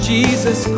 Jesus